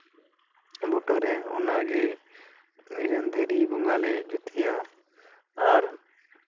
ᱵᱩᱴᱟᱹ ᱨᱮ ᱚᱱᱟ ᱜᱮ ᱢᱤᱫᱴᱮᱱ ᱫᱤᱨᱤ ᱵᱚᱸᱜᱟ ᱞᱮ ᱡᱩᱛᱮᱭᱟ ᱟᱨ